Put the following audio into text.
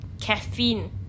caffeine